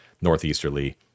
northeasterly